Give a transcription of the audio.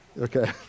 Okay